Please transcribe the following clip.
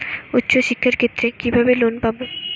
উচ্চশিক্ষার ক্ষেত্রে কিভাবে লোন পাব?